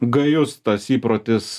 gajus tas įprotis